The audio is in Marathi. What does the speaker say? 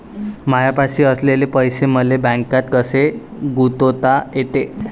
मायापाशी असलेले पैसे मले बँकेत कसे गुंतोता येते?